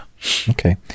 Okay